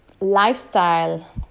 lifestyle